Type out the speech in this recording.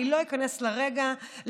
אני לא איכנס לרקע,